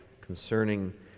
concerning